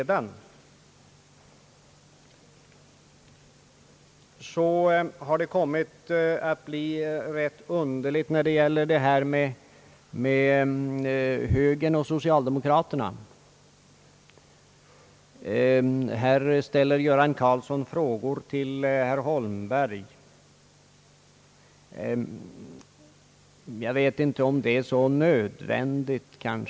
Det har kommit att bli rätt underliga förhållanden mellan högern och socialdemokraterna. Här ställer herr Göran Karlsson frågor till herr Holmberg. Jag vet inte om det är nödvändigt.